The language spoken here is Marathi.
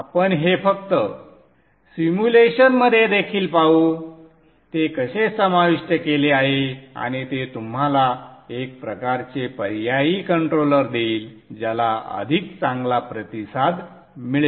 आपण हे फक्त सिम्युलेशनमध्ये देखील पाहू ते कसे समाविष्ट केले आहे आणि ते तुम्हाला एक प्रकारचे पर्यायी कंट्रोलर देईल ज्याला अधिक चांगला प्रतिसाद मिळेल